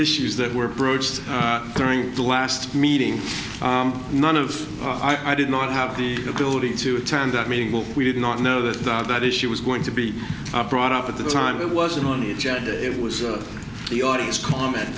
issues that were broached during the last meeting none of i did not have the ability to attend that meeting will we did not know that that issue was going to be brought up at the time it wasn't on the agenda it was the audience comment